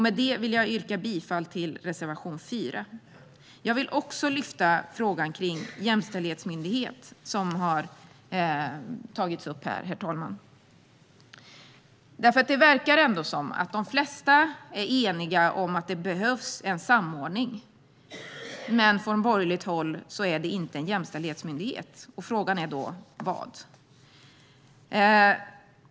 Med detta vill jag yrka bifall till reservation 4. Jag vill också lyfta fram frågan om en jämställdhetsmyndighet, vilket har tagits upp här, herr talman. Det verkar som att de flesta är eniga om att det behövs en samordning, men från borgerligt håll menar man att det inte ska vara en jämställdhetsmyndighet. Frågan är då vad det ska vara.